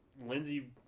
Lindsay